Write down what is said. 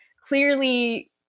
clearly